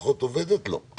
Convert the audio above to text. פחות עובדת לא.